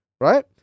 right